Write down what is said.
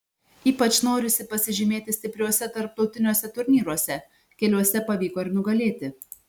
ypač norisi pasižymėti stipriuose tarptautiniuose turnyruose keliuose pavyko ir nugalėti